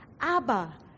Abba